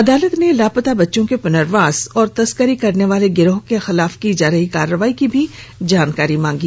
अदालत ने लापता बच्चों के पुनर्वास और तस्करी करने वाले गिरोह के खिलाफ की जा रही कार्रवाई की भी जानकारी मांगी